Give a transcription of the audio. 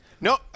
No